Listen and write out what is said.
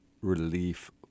relief